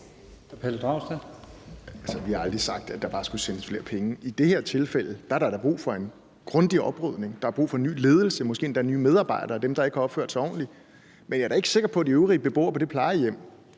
Vi har aldrig sagt, at der bare skulle sendes flere penge. I det her tilfælde er der da brug for en grundig oprydning. Der er brug for en ny ledelse, måske endda nye medarbejdere, hvis der er nogle, der ikke har opført sig ordentligt. Men jeg er da ikke sikker på, at det vil være en fordel